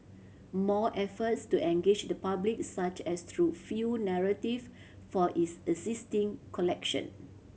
more efforts to engage the public such as through few narrative for its existing collection